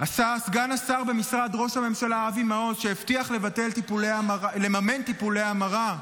סגן השר במשרד ראש הממשלה אבי מעוז הבטיח לממן טיפולי המרה,